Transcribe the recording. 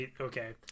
okay